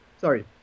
Sorry